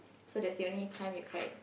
so that's the only time you cried